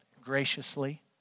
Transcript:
graciously